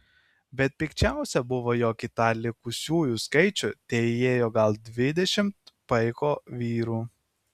bet pikčiausia buvo jog į tą likusiųjų skaičių teįėjo gal dvidešimt paiko vyrų